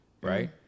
Right